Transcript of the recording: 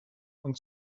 und